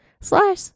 slash